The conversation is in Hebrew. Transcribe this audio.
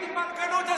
מה זה הפלגנות הזאת?